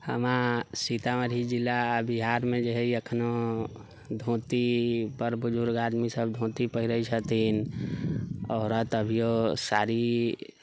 हमर सीतामढ़ी जिला बिहारमे जे है अखनो ओ धोती बड़ बुजुर्ग आदमी सभ धोती पहिरै छथिन औरत अभियौ साड़ी